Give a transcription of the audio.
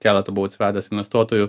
keletą buvau atsivedęs investuotojų